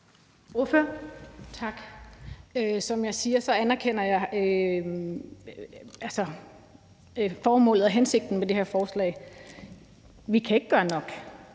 Som jeg siger, anerkender jeg formålet og hensigten med det her forslag. Vi kan ikke gøre nok,